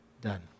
done